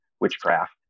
witchcraft